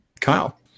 Kyle